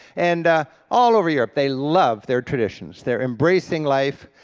and all over europe they love their traditions, they're embracing life,